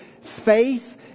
faith